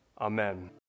Amen